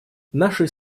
нашей